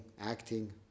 acting